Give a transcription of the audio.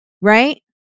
Right